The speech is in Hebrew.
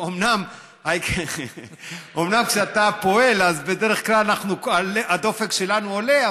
אומנם כשאתה פועל אז בדרך כלל הדופק שלנו עולה,